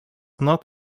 not